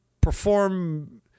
perform